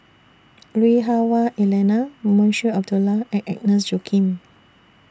Lui Hah Wah Elena Munshi Abdullah and Agnes Joaquim